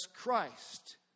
Christ